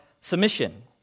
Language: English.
submission